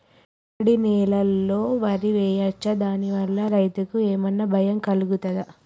రాగడి నేలలో వరి వేయచ్చా దాని వల్ల రైతులకు ఏమన్నా భయం కలుగుతదా?